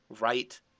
right